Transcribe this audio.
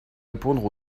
répondre